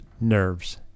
nerves